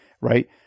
Right